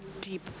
deep